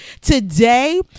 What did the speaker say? today